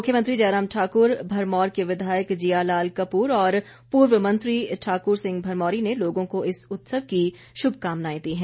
मुख्यमंत्री जयराम ठाक्र भरमौर के विधायक जियालाल कपूर और पूर्व मंत्री ठाक्र सिंह भरमौरी ने लोगों को इस उत्सव की शुभकामनाएं दी है